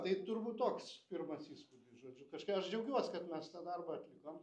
tai turbūt toks pirmas įspūdis žodžiu kažką aš džiaugiuos kad mes tą darbą atlikom